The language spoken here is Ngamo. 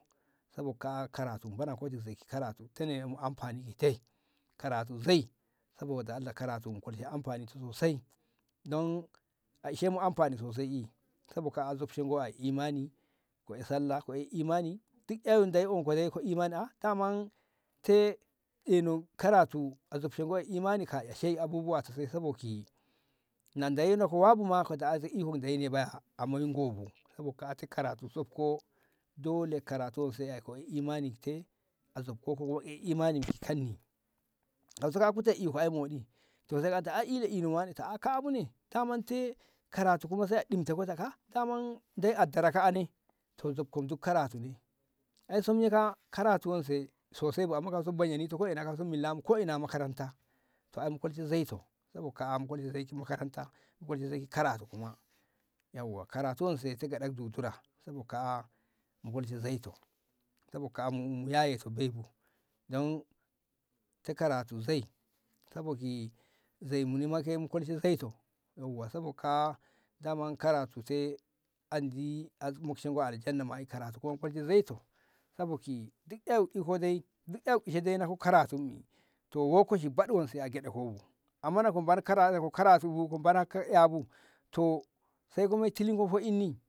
saboka karatu banako zaki karatu te ye mu anfani hite karatu zei saboda Allah karatu kolshe anfani to sosai don a isen m anfani sosai kabu ka'a zobshe ngoi imani ko'e salla ko'e imani duk dei onko anko imani a daman te eno karatu zobshe moi imani ka'e sai abubu wa saboki na ndai na ko wabu ma ko na daze eko dai dai baya amo ngo bu ko bo katu karatu ko dole karatun se aiko imani te azobko ke imani kai so ka kute iko ai moɗi to sai anta ai eno eno wane ta'a kabu ne ta menti karatu kuba sai ɗinta ko ta ka kamo de a ka dara ka'ane to zubko zob karatune ai so miye ka'a karatu wan se so sai wa mu ka su baiyane to ko ina a kause milla ko ina makaranta to a mukolshe zaito saboka mu kol je ji makaranta mu kolshe zai ji karatu ma yauwa karatu wan se su ngaɗa zu tura saboka mu kolshe zai to tabo mu mu yaye tu baiku don te karatu zei kaboki ze muni ma ko kolshe zaito saboka daman karatu te andi moshenko aljanna na ma'e karatu kuman kolshe zai to saboki duk a iko de de iko karatu lokoshi baɗi a wo si a geɗeboko bu amma na komo amma na ko baɗi karatu boko bara ka'abu to sai ko kuma tiliko